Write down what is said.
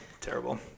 terrible